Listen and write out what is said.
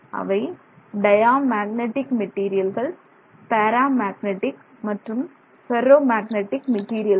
அவை டயாமேக்னெட்டிக் மெட்டீரியல்கள் paramagnetic மற்றும் ஃபெர்ரோ மேக்னெட்டிக் மெட்டீரியல்கள்